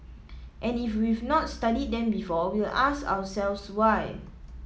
and if we've not studied them before we'll ask ourselves why